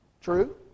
True